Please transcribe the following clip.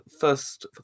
first